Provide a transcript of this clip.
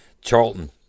Charlton